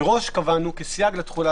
מראש קבענו כסייג לתחולה,